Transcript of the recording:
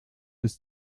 ist